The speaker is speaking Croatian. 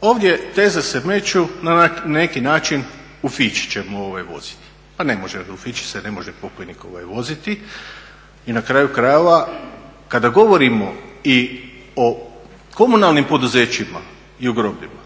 ovdje teze se stavljaju na neki način u fići ćemo voziti. Pa ne može, u fići se ne može pokojnik voziti. Na kraju krajeva kada govorimo i o komunalnim poduzećima i o grobljima